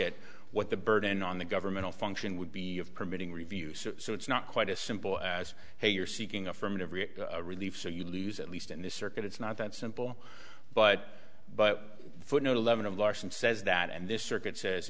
at what the burden on the governmental function would be of permitting reviews so it's not quite as simple as hey you're seeking affirmative relief so you lose at least in this circuit it's not that simple but but footnote eleven of larson says that and this circuit says